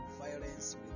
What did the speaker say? violence